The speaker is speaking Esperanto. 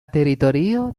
teritorio